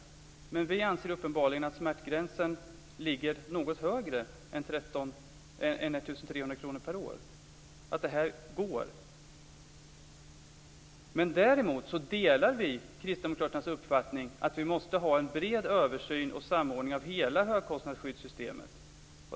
Men vi anser uppenbarligen att smärtgränsen ligger något högre än 1 300 kr per år, att det här beloppet är möjligt. Däremot delar vi kristdemokraternas uppfattning att vi måste ha en bred översyn och samordning av hela högkostnadsskyddssystemet.